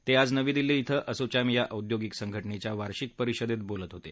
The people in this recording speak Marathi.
ते आज नवी दिल्ली शिं असोचॅम या औद्योगिक संघटनेच्या वार्षिक परिषदेत बोलत होते